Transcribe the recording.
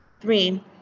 Three